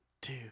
two